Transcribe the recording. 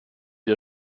der